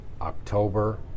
October